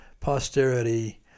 posterity